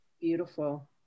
Beautiful